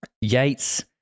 Yates